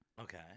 Okay